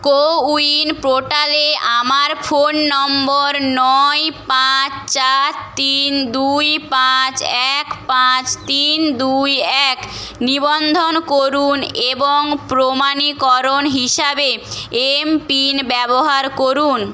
CoWIN পোর্টালে আমার phone number নয় পাঁচ চার তিন দুই পাঁচ এক পাঁচ তিন দুই এক নিবন্ধন করুন এবং প্রমাণীকরণ হিসাবে এমপিন ব্যবহার করুন